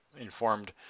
informed